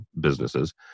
businesses